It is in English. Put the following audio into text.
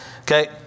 Okay